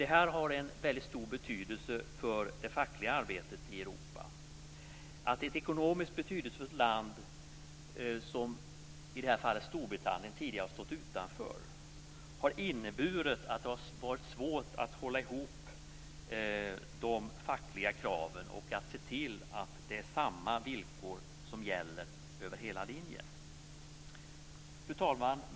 Det har mycket stor betydelse för det fackliga arbetet i Europa. Att ett ekonomiskt betydelsefullt land som i det här fallet Storbritannien tidigare har stått utanför har inneburit att det har varit svårt att hålla ihop de fackliga kraven och att se till att det är samma villkor som gäller över hela linjen. Fru talman!